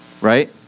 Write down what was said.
right